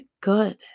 good